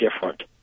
different